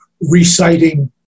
reciting